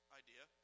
idea